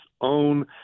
own